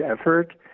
effort